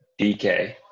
DK